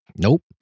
Nope